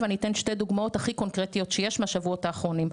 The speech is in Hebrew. ואני אתן שתי דוגמאות הכי קונקרטיות שיש מהשבועות האחרונים.